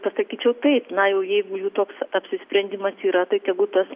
pasakyčiau taip na jau jeigu jų toks apsisprendimas yra tai tegu tas